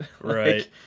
right